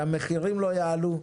שהמחירים לא יעלו,